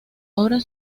obras